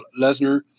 Lesnar